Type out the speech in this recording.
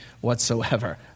whatsoever